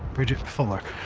bridget fuller.